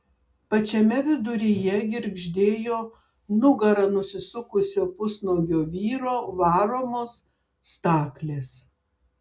pačiame viduryje girgždėjo nugara nusisukusio pusnuogio vyro varomos staklės